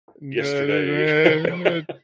Yesterday